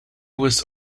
was